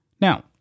Now